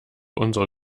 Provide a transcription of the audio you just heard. unsere